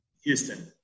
Houston